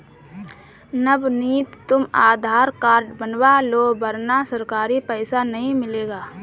नवनीत तुम आधार कार्ड बनवा लो वरना सरकारी पैसा नहीं मिलेगा